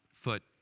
foot